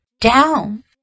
down